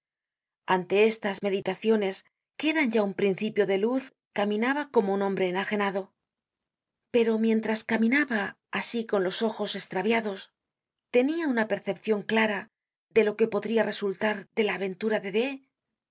ante estas meditaciones que eran ya un principio de luz caminaba como un hombre enajenado pero mientras caminaba asi con los ojos estraviados tenia una percepcion clara de lo que podria resultar de la aventura de d